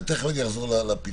תכף אחזור לפיתוח,